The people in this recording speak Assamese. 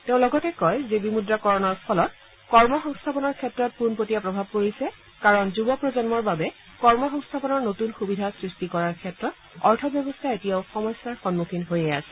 তেওঁ লগতে কয় যে বিমুদ্ৰাকৰণৰ ফলত কৰ্মসংস্থাপনৰ ক্ষেত্ৰত পোনপটীয়া প্ৰভাৱ পৰিছে কাৰণ যুৱ প্ৰজন্মৰ বাবে কৰ্মসংস্থাপনৰ নতুন সুবিধা সৃষ্টি কৰাৰ ক্ষেত্ৰত অৰ্থব্যৱস্থা এতিয়াও সমস্যাৰ সন্মুখীন হৈয়ে আছে